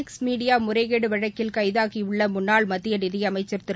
X Media முறைகேடு வழக்கில் கைதாகியுள்ள முன்னாள் மத்திய நிதி அமைக்கள் திரு